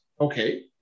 okay